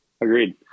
Agreed